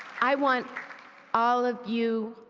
i want all of you,